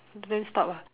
don't stop ah